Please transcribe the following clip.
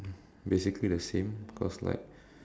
basically the same because like